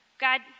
God